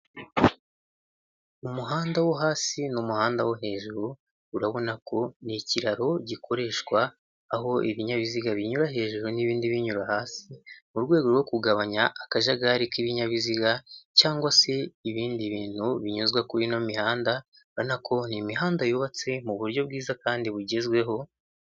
Umuhanda wo hasi n'umuhanda wo hejuru urabona ko ni ikiro gikoreshwa aho ibinyabiziga binyura hejuru n'ibindi binyura hasi mu rwego rwo kugabanya akajagari k'ibinyabiziga cyangwa se ibindi bintu binyuzwa kuri ino mihanda, ubona ko ni imihanda yubatse mu buryo bwiza kandi bugezweho.